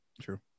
True